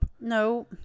No